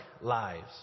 lives